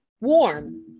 warm